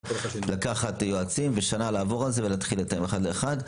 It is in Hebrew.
לקחת יועצים ושנה לעבור על זה ולהתחיל לתאם אחד-אחד.